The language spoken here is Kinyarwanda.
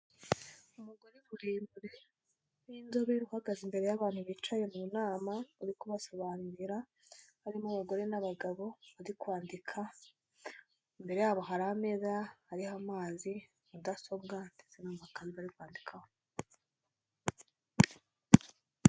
Umugore muremure w'inzobe uhagaze imbere y'abantu bicaye mu nama, uri kubasobanurira, harimo abagore n'abagabo bari kwandika, imbere yabo hari ameza ariho amazi, mudasobwa ndetse n'amagambo ari kwandikaho.